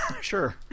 Sure